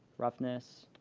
roughness.